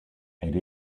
elle